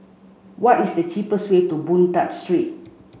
what is the cheapest way to Boon Tat Street